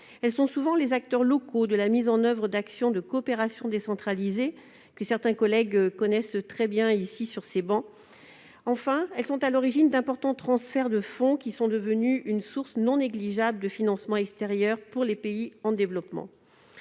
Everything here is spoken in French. Elles sont souvent les acteurs locaux de la mise en oeuvre d'actions de coopération décentralisée, que certains d'entre nous connaissent très bien ici. Enfin, elles sont à l'origine d'importants transferts de fonds, qui sont devenus une source non négligeable de financements extérieurs pour les pays en développement.